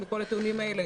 מכל הטיעונים האלה